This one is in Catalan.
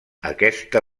aquesta